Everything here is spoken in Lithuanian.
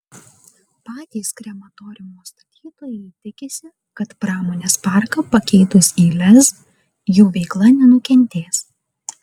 patys krematoriumo statytojai tikisi kad pramonės parką pakeitus į lez jų veikla nenukentės